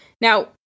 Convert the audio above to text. Now